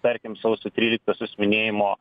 tarkim sausio tryliktosios minėjimo